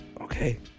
okay